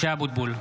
(קורא בשמות חברי הכנסת) משה אבוטבול,